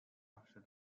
after